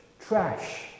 trash